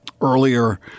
earlier